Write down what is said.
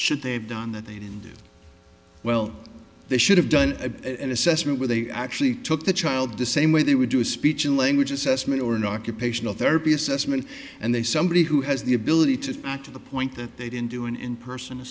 should they have done that they did well they should have done an assessment where they actually took the child the same way they would do a speech in language assessment or an occupational therapy assessment and they somebody who has the ability to act to the point that they didn't do an in person a